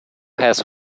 has